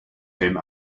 him